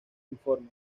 informe